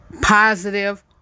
positive